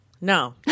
No